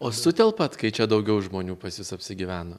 o sutelpat kai čia daugiau žmonių pas jus apsigyvena